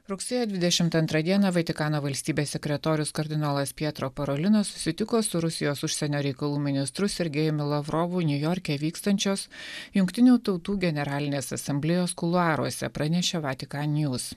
rugsėjo dvidešimt antrą dieną vatikano valstybės sekretorius kardinolas pietro parolinos susitiko su rusijos užsienio reikalų ministru sergejumi lavrovu niujorke vykstančios jungtinių tautų generalinės asamblėjos kuluaruose pranešė vatikan news